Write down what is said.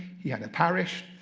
he had a parish.